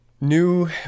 new